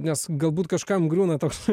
nes galbūt kažkam griūna toks